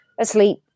asleep